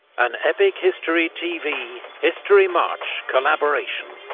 an epic history tv historymarche collaboration,